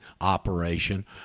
operation